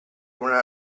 una